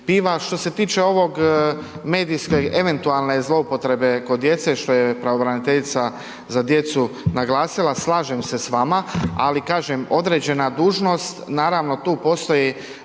Što se tiče ovog, medijske eventualne zloupotrebe kod djece što je pravobraniteljica za djecu naglasila, slažem se s vama, ali kažem određena dužnost, naravno tu postoji